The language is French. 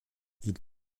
ils